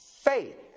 faith